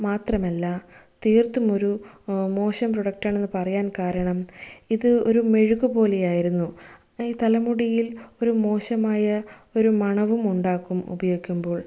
മാത്രമല്ല തീർത്തും ഒരു മോശം പ്രൊഡക്ടാണെന്ന് പറയാൻ കാരണം ഇത് ഒരു മെഴുക് പോലെ ആയിരുന്നു ഈ തലമുടിയിൽ ഒര് മോശമായ ഒരു മണവും ഉണ്ടാക്കും ഉപയോഗിക്കുമ്പോൾ